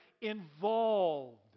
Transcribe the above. Involved